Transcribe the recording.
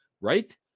right